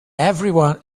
everyone